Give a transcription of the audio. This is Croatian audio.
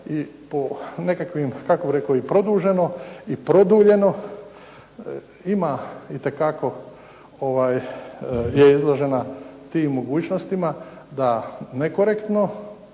i po nekakvim kako bih rekao i produženo i produljeno, ima itekako je izložena tim mogućnostima da nekorektno